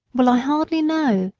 well, i hardly know,